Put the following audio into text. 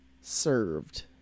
served